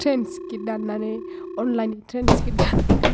train ticket दाननानै online train ticket दाननानै